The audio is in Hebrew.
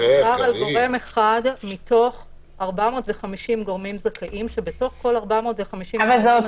כן, אבל זה משהו אחר, קארין.